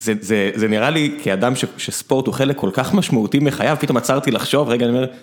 זה נראה לי כאדם שספורט הוא חלק כל כך משמעותי מחייו, פתאום עצרתי לחשוב, רגע, אני אומר...